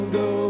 go